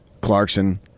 Clarkson